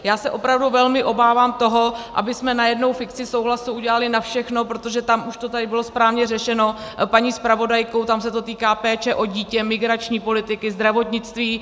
Já se opravdu velmi obávám toho, abychom najednou fikci souhlasu udělali na všechno, protože už to tady bylo správně řečeno paní zpravodajkou, tam se to týká péče o dítě, migrační politiky, zdravotnictví.